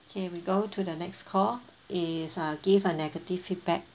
okay we go to the next call is uh give a negative feedback